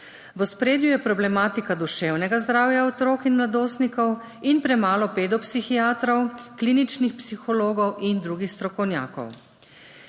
V ospredju je problematika duševnega zdravja otrok in mladostnikov in premalo pedopsihiatrov, kliničnih psihologov in drugih strokovnjakov.